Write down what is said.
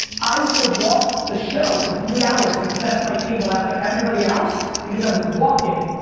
i used to walk the show for three hours and set up my table after everybody else because i would walk it,